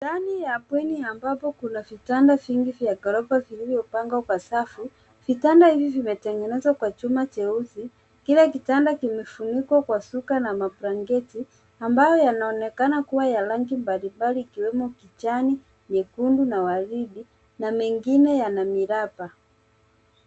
Ndani ya bweni ambapo kuna vitanda vingi vya ghorofa vilivyo pangwa kwa safu. Vitanda hivi vimetengenezwa kwa chuma cheusi. Kila kitanda kimefunikwa kwa shuka na mablanketi ambayo yanaonekana kuwa ya rangi mbalimbali ikiwemo kijani, nyekundu na waridi na mengine yana miraba.